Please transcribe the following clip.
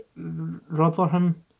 Rotherham